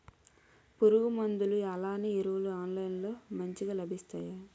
పురుగు మందులు అలానే ఎరువులు ఆన్లైన్ లో మంచిగా లభిస్తాయ?